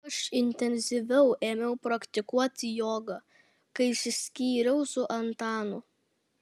aš intensyviau ėmiau praktikuoti jogą kai išsiskyriau su antanu